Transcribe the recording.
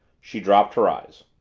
she dropped her eyes.